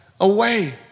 away